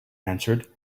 answered